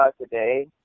today